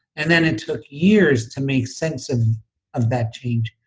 and then it took years to make sense of of that change,